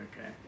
okay